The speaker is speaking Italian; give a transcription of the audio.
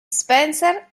spencer